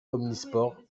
omnisports